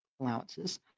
allowances